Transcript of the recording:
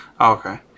Okay